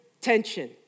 tension